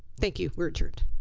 thank you. we're